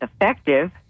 effective